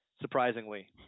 surprisingly